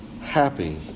happy